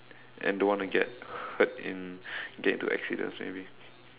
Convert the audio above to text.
and don't want to get hurt in get into accidents may be